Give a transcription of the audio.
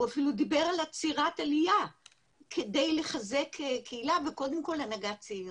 הוא אפילו דיבר על עצירת עלייה כדי לחזק קהילה וקודם כל הנהגה צעירה.